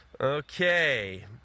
Okay